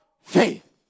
faith